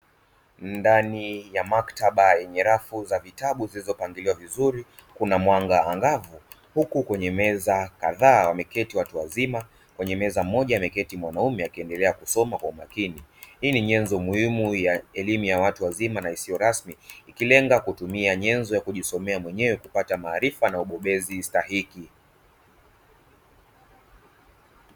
Ndani ya maktaba yenye rafu za vitabu vilivyopangwa vizuri, kuna mwanga angavu huku kwenye meza kadhaa, wameketi watu wazima. Kwenye meza moja, mwanaume ameketi akiendelea kusoma. Hii ni nyenzo muhimu ya elimu ya watu wazima na isiyo rasmi, ikilenga kutumia nyenzo ya kujisomea mwenyewe kupata maarifa na ubobezi stahiki.